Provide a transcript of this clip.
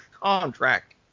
contract